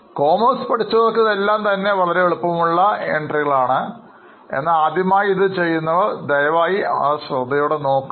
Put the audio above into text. commerce പഠിച്ചവർക്ക് ഇതെല്ലാം വളരെ എളുപ്പമുള്ള എൻട്രികളാണ് എന്നാൽ ആദ്യമായി ഇത് ചെയ്യുന്നവർ ദയവായി അവ ശ്രദ്ധാപൂർവ്വം നോക്കുക